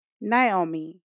Naomi